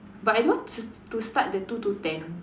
but I don't want s~ to start the two to ten